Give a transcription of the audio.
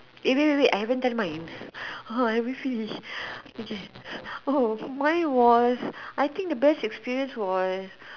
eh wait wait wait I haven't tell mine I haven't finish okay oh mine was I think the best experience was